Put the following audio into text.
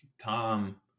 Tom